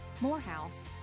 Morehouse